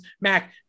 Mac –